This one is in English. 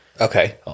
Okay